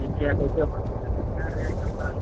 जिनके यहाँ हमारे खियाँ क्या रेट चलता है